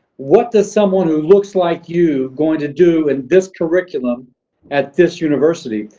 what does someone who looks like you going to do in this curriculum at this university?